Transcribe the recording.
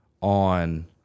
on